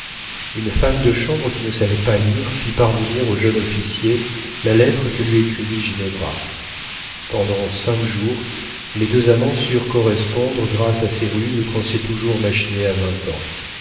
une femme de chambre qui ne savait pas lire fit parvenir au jeune officier la lettre que lui écrivit ginevra pendant cinq jours les deux amants surent correspondre grâce à ces ruses qu'on sait toujours machiner à vingt ans